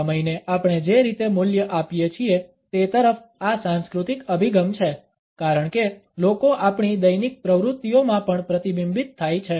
સમયને આપણે જે રીતે મૂલ્ય આપીએ છીએ તે તરફ આ સાંસ્કૃતિક અભિગમ છે કારણ કે લોકો આપણી દૈનિક પ્રવૃત્તિઓમાં પણ પ્રતિબિંબિત થાય છે